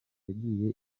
yagiye